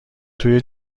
توی